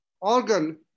organ